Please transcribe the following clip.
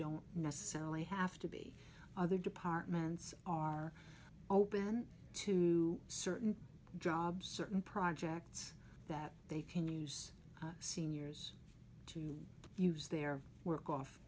don't necessarily have to be other departments are open to certain jobs certain projects that they can use seniors to use their work off